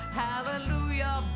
hallelujah